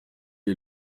est